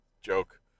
joke